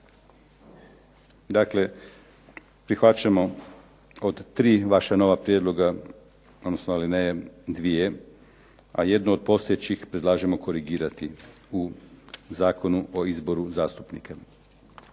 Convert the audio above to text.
Dakle, prihvaćamo od 3 vaša nova prijedloga, odnosno alineje 2, a jednu od postojećih predlažemo korigirati u Zakonu o izboru zastupnika.